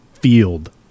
field